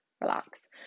relax